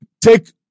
take